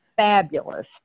Fabulous